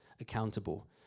accountable